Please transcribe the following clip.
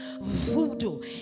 voodoo